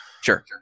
Sure